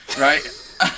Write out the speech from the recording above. right